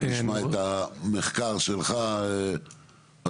נשמע את המחקר שלך בבקשה.